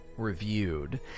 reviewed